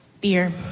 Beer